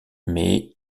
mais